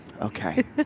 Okay